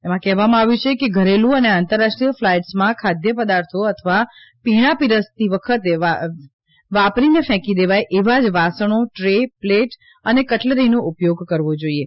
તેમાં કહેવામાં આવ્યું છે કે ઘરેલુ અને આંતરરાષ્ટ્રીય ફ્લાઇટ્સમાં ખાદ્ય પદાર્થો અથવા પીણાં પીરસતી વખતે વાપરીને ફેંકી દેવાય એવા જ વાસણો ટ્રે પ્લેટ અને કટલરીનો ઉપયોગ કરવો જોઈએ